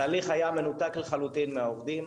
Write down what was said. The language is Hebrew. התהליך היה מנותק לחלוטין מהעובדים,